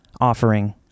offering